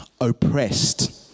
oppressed